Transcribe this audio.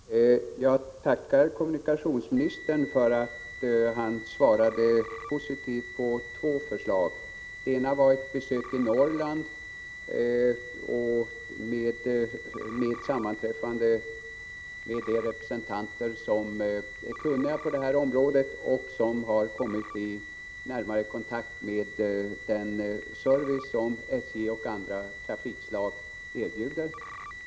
Herr talman! Jag tackar kommunikationsministern för att han svarade positivt på två förslag. Det ena var att han skulle göra ett besök i Norrland för att sammanträffa med de representanter för regionen som är kunniga på det här området och som har kommit i närmare kontakt med den service som järnvägen och andra trafikslag erbjuder.